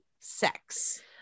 sex